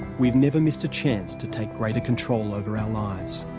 we've never missed a chance to take greater control over our lives.